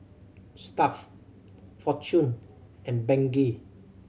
Stuff Fortune and Bengay